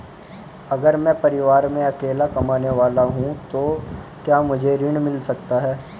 अगर मैं परिवार में अकेला कमाने वाला हूँ तो क्या मुझे ऋण मिल सकता है?